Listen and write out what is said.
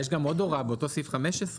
יש גם עוד הוראה באותו סעיף 15,